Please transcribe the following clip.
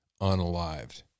unalived